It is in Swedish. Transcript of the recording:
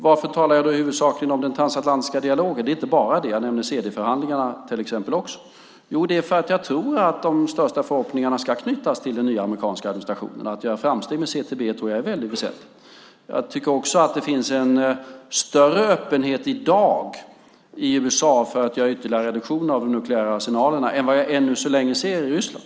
Varför talar jag då huvudsakligen om den transatlantiska dialogen? Men det är inte bara det. Jag nämnde också till exempel CD-förhandlingarna. Jo, det gör jag därför att jag tror att de största förhoppningarna ska knytas till den nya amerikanska administrationen. Att göra framsteg med CTBT tror jag är väldigt väsentligt. Jag tycker också att det i dag i USA finns en större öppenhet för att göra ytterligare reduktioner av de nukleära arsenalerna än jag än så länge ser i Ryssland.